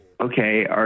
Okay